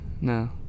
No